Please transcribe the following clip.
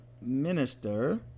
minister